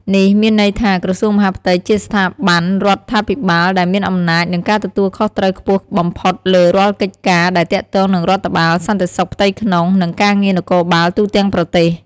នេះមានន័យថា ក្រសួងមហាផ្ទៃជាស្ថាប័នរដ្ឋាភិបាលដែលមានអំណាចនិងការទទួលខុសត្រូវខ្ពស់បំផុតលើរាល់កិច្ចការដែលទាក់ទងនឹងរដ្ឋបាល សន្តិសុខផ្ទៃក្នុង និងការងារនគរបាលទូទាំងប្រទេស។